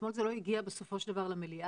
אתמול זה לא הגיע בסופו של דבר למליאה,